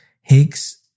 Higgs